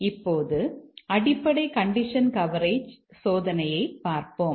இப்போது அடிப்படை condition coverage சோதனையைப் பார்ப்போம்